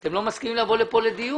אתם לא מסכימים לבוא לכאן לדיון.